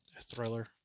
thriller